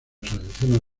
asociación